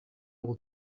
will